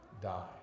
die